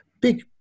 Big